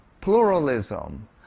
pluralism